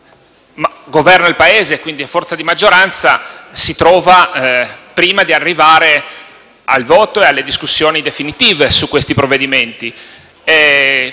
chi governa il Paese, quindi le forze di maggioranza - si trova prima di arrivare al voto e alle discussioni definitive sui provvedimenti.